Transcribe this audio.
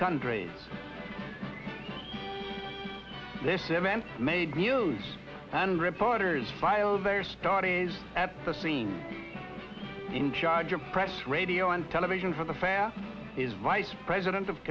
countries this event made news and reporters file their stories at the scene in charge of press radio and television for the fair is vice president of